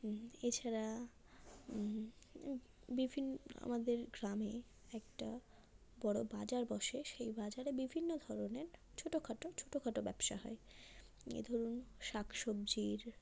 এছাড়া বিভিন্ন আমাদের গ্রামে একটা বড়ো বাজার বসে সেই বাজারে বিভিন্ন ধরনের ছোটো খাটো ছোটো খাটো ব্যবসা হয় এই ধরুন শাক সবজির